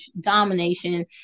domination